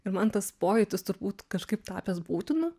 ir man tas pojūtis turbūt kažkaip tapęs būtinu